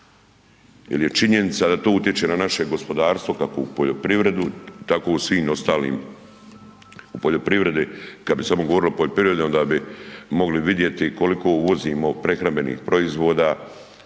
Jel je činjenica da to utječe na naše gospodarstvo kako u poljoprivredu tako u svim ostalim, u poljoprivredi kad bi samo govorili o poljoprivredi onda bi mogli vidjeti koliko uvozimo prehrambenih proizvoda